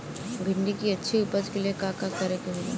भिंडी की अच्छी उपज के लिए का का करे के होला?